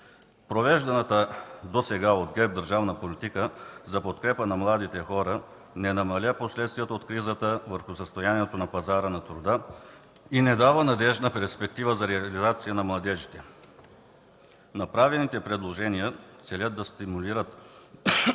Провежданата досега от ГЕРБ държавна политика за подкрепа на младите хора не намали последствията от кризата върху състоянието на пазара на труда и не даде надеждна перспектива за реализация на младежите. Направените предложения целят да стимулират